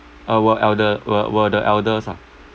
our elder were were the eldest ah